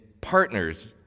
partners